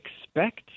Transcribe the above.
expect